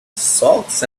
socks